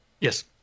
Yes